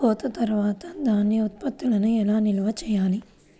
కోత తర్వాత ధాన్య ఉత్పత్తులను ఎలా నిల్వ చేయాలి?